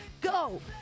Go